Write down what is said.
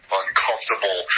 uncomfortable